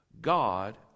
God